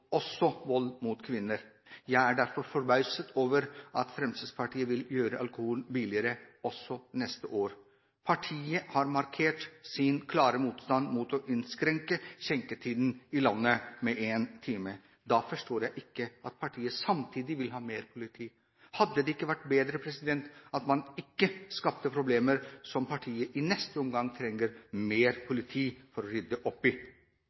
også vold mot kvinner. Jeg er derfor forbauset over at Fremskrittspartiet vil gjøre alkoholen billigere, også neste år. Partiet har markert sin klare motstand mot å innskrenke skjenketiden i landet med 1 time. Da forstår jeg ikke at partiet samtidig vil ha mer politi. Hadde det ikke vært bedre at man ikke skapte problemer som partiet i neste omgang trenger mer politi til å rydde opp i?